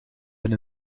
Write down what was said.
been